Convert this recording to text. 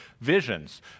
visions